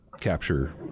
capture